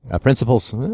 Principles